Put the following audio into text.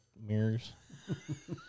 mirrors